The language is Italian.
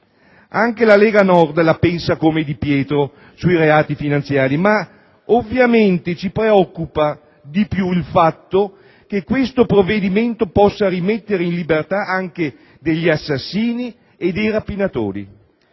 Anche la Lega Nord la pensa come il ministro Di Pietro sui reati finanziari, ma ovviamente ci preoccupa di più il fatto che questo provvedimento possa rimettere in libertà anche degli assassini e dei rapinatori.